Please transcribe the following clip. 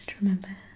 Remember